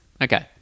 Okay